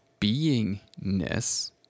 beingness